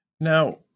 Now